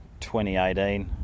2018